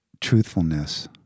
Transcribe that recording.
truthfulness